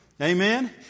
Amen